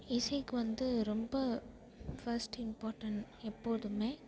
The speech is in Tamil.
இசைக்கு வந்து ரொம்ப ஃபர்ஸ்ட் இம்பார்ட்ன்ட் எப்பொழுதுமே